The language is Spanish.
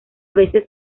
veces